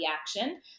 action